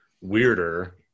weirder